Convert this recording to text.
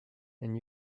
and